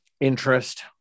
interest